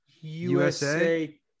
USA